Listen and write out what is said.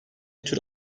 tür